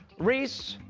rhys,